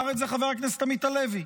אמר את זה חבר הכנסת עמית הלוי.